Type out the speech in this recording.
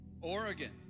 Oregon